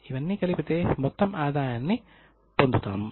ఇవన్నీ కలిపితే మొత్తం ఆదాయాన్ని పొందుతారు